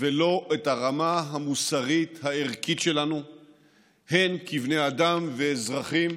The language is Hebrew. ולא את הרמה המוסרית והערכית שלנו כבני אדם ואזרחים